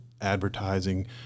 advertising